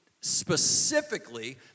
specifically